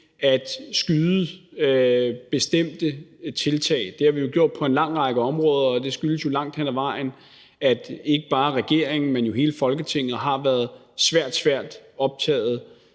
at udskyde bestemte tiltag. Det har vi jo gjort på en lang række områder, og det skyldes langt hen ad vejen, at ikke bare regeringen, men hele Folketinget hele det sidste års tid